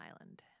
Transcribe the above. Island